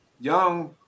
young